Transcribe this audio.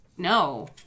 No